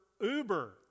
Uber